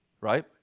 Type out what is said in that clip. right